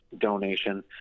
donation